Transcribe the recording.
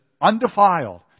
undefiled